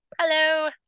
hello